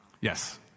Yes